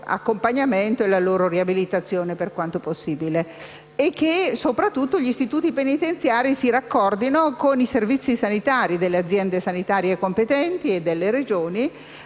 e la loro riabilitazione, per quanto possibile; e, soprattutto, che gli istituti penitenziari si raccordino con i servizi sanitari delle aziende sanitarie competenti e delle Regioni